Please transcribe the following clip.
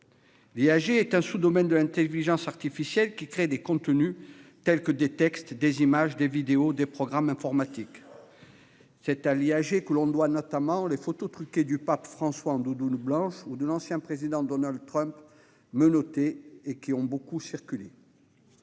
Elle est un sous-domaine de l'intelligence artificielle, qui crée des contenus tels que des textes, des images, des vidéos, des programmes informatiques. C'est à l'IAG que l'on doit notamment les photos truquées du pape François en doudoune blanche ou de l'ancien président américain Donald Trump menotté, qui ont beaucoup circulé.